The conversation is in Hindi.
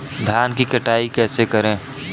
धान की कटाई कैसे करें?